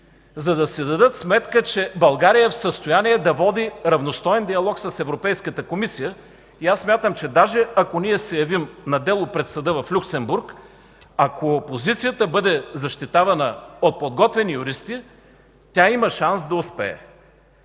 за да си дадат сметка, че България е в състояние да води равностоен диалог с Европейската комисия. Смятам, че даже ако ние се явим на дело пред Съда в Люксембург, ако позицията бъде защитавана от подготвени юристи, тя има шанс да успее,